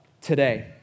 today